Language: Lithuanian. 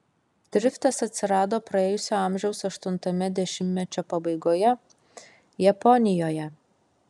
driftas atsirado praėjusio amžiaus aštuntame dešimtmečio pabaigoje japonijoje